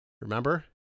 Remember